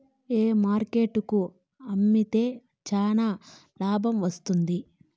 ఏ market కు అమ్మితే చానా లాభం వస్తుంది?